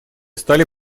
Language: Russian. стали